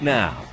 now